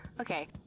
Okay